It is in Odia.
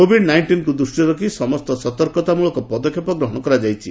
କୋବିଡ ନାଇଷ୍ଟିନ୍କୁ ଦୂଷ୍ଟିରେ ରଖି ସମସ୍ତ ସତର୍କତାମୂଳକ ପଦକ୍ଷେପ ଗ୍ରହଣ କରାଯାଇଛି